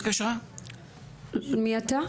מי אתה?